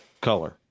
color